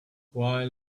while